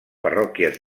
parròquies